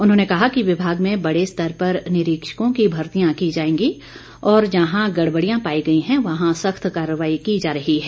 उन्होंने कहा कि विभाग में बड़े स्तर पर निरीक्षकों की भर्तियां की जाएंगी और जहां गड़बड़ियां पाई गई हैं वहां सख्त कार्रवाई की जा रही है